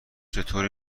چطور